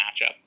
matchup